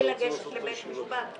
בלי לגשת לבית משפט,